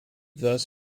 thus